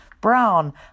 Brown